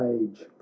age